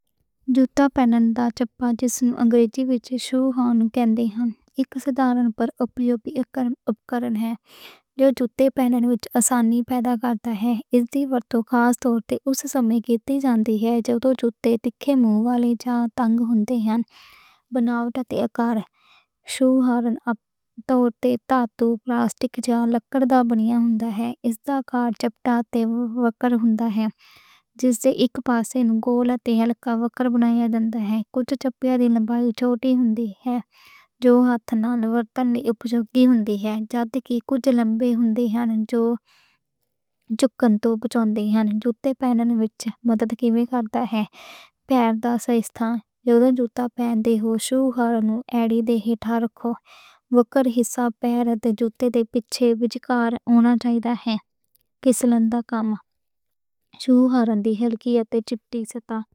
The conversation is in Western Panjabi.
جوتا پہنن لئی جس نوں انگریزی وچ شوہارن کہندے ہن۔ اک سادہ پر اُپیوگی اُپکرن ہے۔ جوتے پہنن وچ آسانی پیدا کردا ہے۔ ایہ خاص طور تے اوس سمیں ورتیا جاندا ہے جدوں جوتے تکھّے موڑ والے جاں تنگ ہون دے ہن۔ بناؤٹ تے آکار شوہارن عام طور تے دھات تے پلاسٹک جاں لکڑی دا بنیا ہوندا ہے۔ اس دا کنارہ چپٹا تے وکر ہوندا ہے۔ جس دے اک پاسے نوں گولا تے ہلکا وکر بنیا جاندا ہے۔ کجھ شوہارن دی لمبائی چھوٹی ہوندی ہے جو ہاتھ نال ورتن آسان ہوندی ہے۔ جا دے کہ کجھ لمبے ہوندے نیں۔ جو کِن توں پِچھوں دیے جوتے پہنن وچ مدد کردیے۔ پیر دا سائز تے جدوں تسی جوتا پہن دے او۔ شوہارنہاں دے ہلکے وکر حصے نوں پیر دے جوتے دے پِچھے بجگار ہونا چاہیدا ہے۔ کس لمب دا کام اے، شوہارنہاں دی ہلکی اتے چھوٹی سطح۔